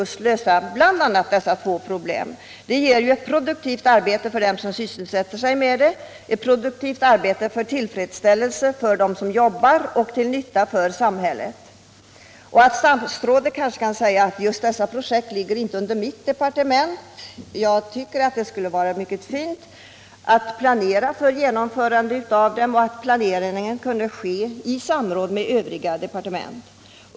Det skulle innebära Fredagen den produktivt arbete för dem som blir sysselsatta där och bli till nytta för 2 december 1977 samhället. RN Statsrådet kanske kan säga att dessa projekt inte ligger under hans Om åtgärder för att departement. Jag tycker det skulle vara fint om man planerade för genom = trygga sysselsätt förandet av projekten i samråd med andra departement.